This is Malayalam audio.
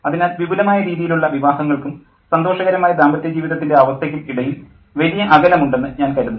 അതിനാൽ വിപുലമായ രീതിയിലുള്ള വിവാഹങ്ങൾക്കും സന്തോഷകരമായ ദാമ്പത്യ ജീവിതത്തിൻ്റെ അവസ്ഥയ്ക്കും ഇടയിൽ വലിയ ഒരു അകലമുണ്ടെന്ന് ഞാൻ കരുതുന്നു